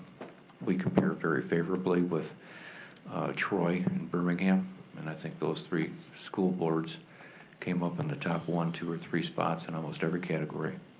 we compare very favorably with troy and birmingham and i think those three school boards came up in the top one, two or three spots in almost every category.